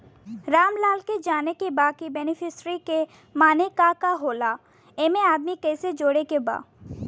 रामलाल के जाने के बा की बेनिफिसरी के माने का का होए ला एमे आदमी कैसे जोड़े के बा?